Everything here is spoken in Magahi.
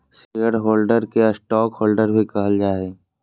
शेयर होल्डर के स्टॉकहोल्डर भी कहल जा हइ